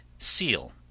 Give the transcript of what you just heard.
Seal